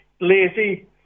lazy